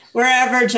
Wherever